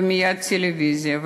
ומייד טלוויזיה,